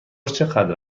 چقدر